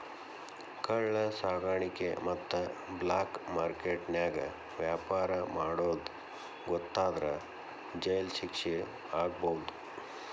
ಕಳ್ಳ ಸಾಕಾಣಿಕೆ ಮತ್ತ ಬ್ಲಾಕ್ ಮಾರ್ಕೆಟ್ ನ್ಯಾಗ ವ್ಯಾಪಾರ ಮಾಡೋದ್ ಗೊತ್ತಾದ್ರ ಜೈಲ್ ಶಿಕ್ಷೆ ಆಗ್ಬಹು